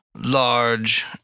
large